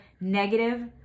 negative